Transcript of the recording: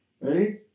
Ready